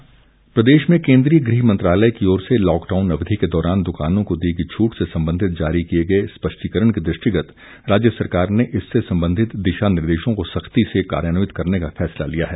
दिशा निर्देश प्रदेश में केंद्रीय गृह मंत्रालय की ओर से लॉकडाउन अवधि के दौरान दुकानों को दी गई छूट से संबंधित जारी किए गए स्पष्टीकरण के दृष्टिगत राज्य सरकार ने इससे संबंधित दिशा निर्देशों को सख्ती से कार्यान्वित करने का फैसला लिया है